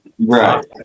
right